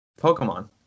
Pokemon